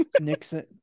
Nixon